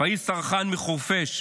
פאיז סרחאן מחורפיש,